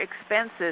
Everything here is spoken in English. expenses